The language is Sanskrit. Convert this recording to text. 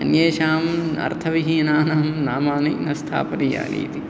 अन्येषाम् अर्थविहीनानां नामानि न स्थापनीयानि इति